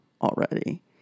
already